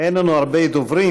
אין לנו הרבה דוברים,